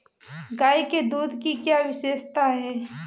गाय के दूध की क्या विशेषता है?